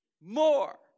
more